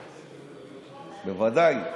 בוודאי,